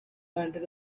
latin